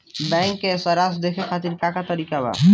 Bank सराश देखे खातिर का का तरीका बा?